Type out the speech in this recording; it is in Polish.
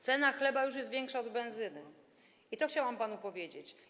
Cena chleba już jest wyższa od ceny benzyny, to chciałam panu powiedzieć.